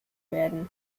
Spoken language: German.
werden